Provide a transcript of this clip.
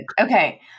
Okay